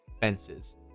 fences